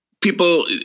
people